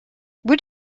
would